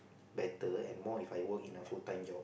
better and more If I work in a full time job